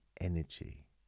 energy